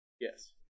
Yes